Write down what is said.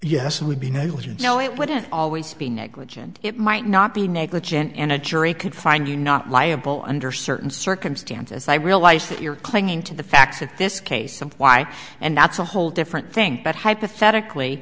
yes it would be no no it wouldn't always be negligent it might not be negligent and a jury could find you not liable under certain circumstances i realize that you're clinging to the facts of this case and why and that's a whole different thing but hypothetically